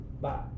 Bye